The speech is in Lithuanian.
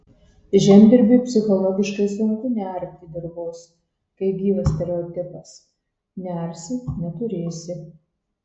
žemdirbiui psichologiškai sunku nearti dirvos kai gyvas stereotipas nearsi neturėsi